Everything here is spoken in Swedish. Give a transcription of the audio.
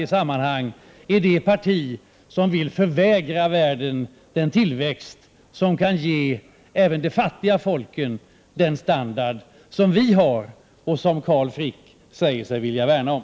Men miljöpartiet är samtidigt det parti som vill förvägra världen den tillväxt som kan ge även de fattiga folken standard som vi har och som Carl Frick säger sig vilja värna om.